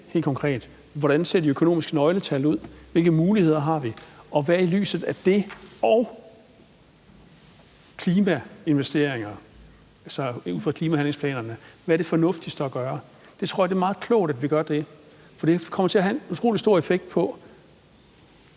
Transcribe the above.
hen, hvordan de økonomiske nøgletal ser ud, hvilke muligheder vi har, og hvad der i lyset af det og ud fra klimahandlingsplanerne er fornuftigst at gøre. Jeg tror, det er meget klogt, at vi gør det, for det kommer til at have en utrolig stor effekt på,